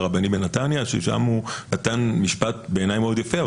ששם הוא נתן משפט מאוד יפה בעיניי,